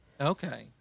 Okay